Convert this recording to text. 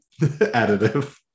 additive